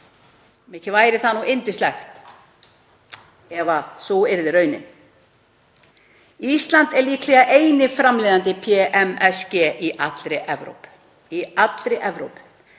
Mikið væri það nú yndislegt ef sú yrði raunin. Ísland er líklega eini framleiðandi PMSG í allri Evrópu þrátt fyrir